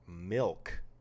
Milk